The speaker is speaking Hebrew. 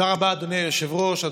תודה רבה, אדוני היושב-ראש.